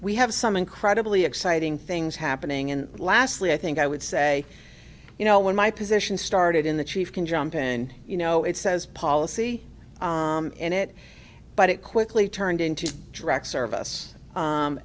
we have some incredibly exciting things happening and lastly i think i would say you know when my position started in the chief can jump in you know it says policy in it but it quickly turned into direct service